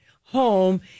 home